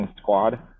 squad